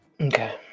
Okay